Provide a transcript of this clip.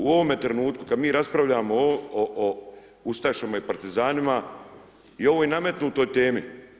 U ovome trenutku, kada mi raspravljamo o ustašama i partizanima i ovoj nametnutoj temi.